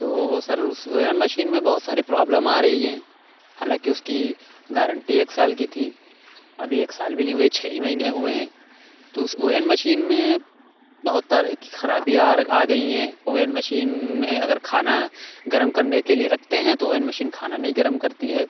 تو وہ سر اس اوون مشین میں بہت ساری پرابلم آ رہی ہے حالانکہ اس کی گارنٹی ایک سال کی تھی ابھی ایک سال بھی نہیں ہوئے چھ ہی مہینے ہوئے ہیں تو اس اوون مشین میں بہت طرح کی خرابیاں آ گئی ہیں اوون مشین میں اگر کھانا گرم کرنے کے لیے رکھتے ہیں تو اوون مشین کھانا نہیں گرم کرتی ہے